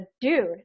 dude